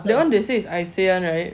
cause they say is I say [one] [right]